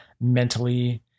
mentally